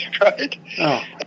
Right